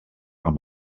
amb